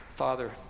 Father